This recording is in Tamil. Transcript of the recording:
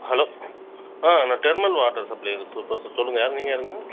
ஹலோ நான் டெர்னல் வாட்டர் சப்ளே பேசுறேன் சொல்லுங்கள் நீங்கள் யாருங்க